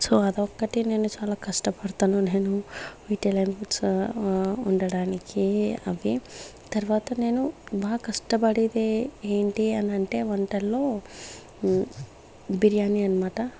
so అది ఒక్కటి నేను చాలా కష్టపడుతున్నాను నేను ఇటాలియన్ ఫుడ్స్ వండడానికి అవి తర్వాత నేను బాగా కష్టపడేది ఏంటి అనంటే వంటల్లో బిర్యాని అన్నమాట